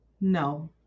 No